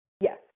Yes